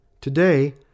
Today